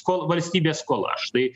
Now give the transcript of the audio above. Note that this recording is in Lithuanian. kol valstybės skola štai